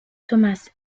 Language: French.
thomas